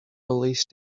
release